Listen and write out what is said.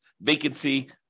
vacancy